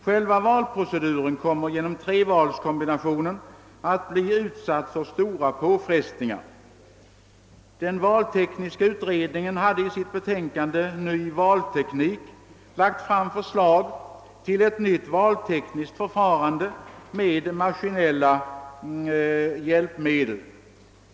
Själva valproceduren kommer genom trevalskombinationen att bli utsatt för stora påfrestningar. Den valtekniska utredningen hade i sitt betänkande »Ny valteknik« lagt fram förslag till ett nytt valtekniskt förfarande med maskinella hjälpmedel.